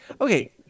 Okay